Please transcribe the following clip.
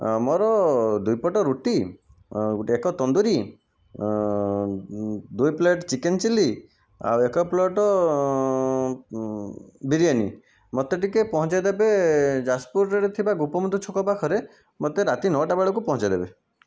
ମୋର ଦୁଇପଟ ରୁଟି ଏକ ତନ୍ଦୁରି ଦୁଇ ପ୍ଲେଟ୍ ଚିକେନ୍ ଚିଲ୍ଲି ଆଉ ଏକ ପ୍ଲେଟ୍ ବିରିୟାନୀ ମୋତେ ଟିକିଏ ପହଞ୍ଚାଇ ଦେବେ ଯାଜପୁର ରୋଡ଼ରେ ଥିବା ଗୋପବନ୍ଧୁ ଛକ ପାଖରେ ମୋତେ ରାତି ନଅଟା ବେଳକୁ ପହଞ୍ଚାଇ ଦେବେ